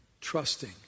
Trusting